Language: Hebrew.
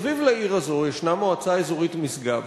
מסביב לעיר הזאת ישנה המועצה האזורית משגב,